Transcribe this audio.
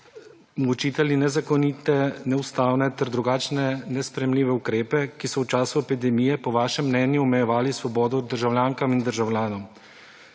mučitelji za nezakonite, neustavne ter drugačne nesprejemljive ukrepe, ki so v času epidemije po vašem mnenju omejevali svobodo državljankam in državljanom.